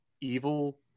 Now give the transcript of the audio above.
evil